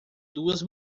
duas